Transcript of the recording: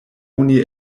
oni